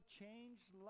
changed